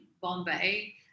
bombay